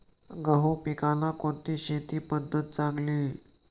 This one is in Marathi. गहू पिकाला कोणती शेती पद्धत चांगली?